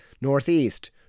Northeast